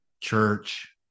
church